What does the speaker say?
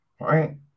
right